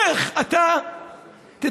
איך אתה תתנהג,